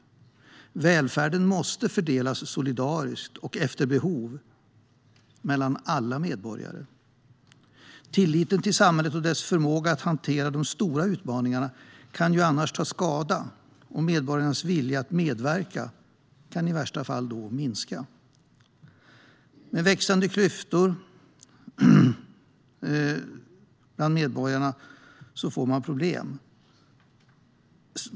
Välfärden måste fördelas solidariskt och efter behov mellan alla medborgare. Tilliten till samhället och dess förmåga att hantera de stora utmaningarna kan annars ta skada, och medborgarnas vilja att medverka kan då i värsta fall minska. Med växande klyftor bland medborgarna får man problem.